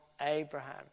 Abraham